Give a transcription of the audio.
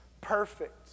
perfect